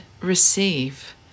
receive